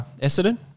Essendon